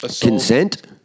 Consent